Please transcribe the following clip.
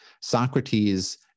Socrates